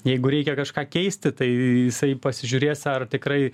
jeigu reikia kažką keisti tai jisai pasižiūrės ar tikrai